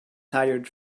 tired